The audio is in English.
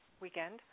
Weekend